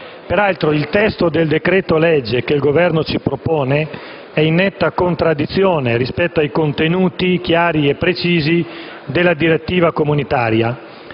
Peraltro, il testo del decreto-legge che il Governo ci propone è in netta contraddizione rispetto ai contenuti, chiari e precis,i della direttiva comunitaria.